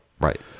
right